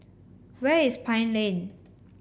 where is Pine Lane